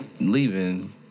leaving